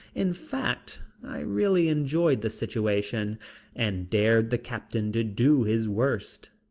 in fact, i really enjoyed the situation and dared the captain to do his worst.